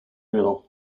real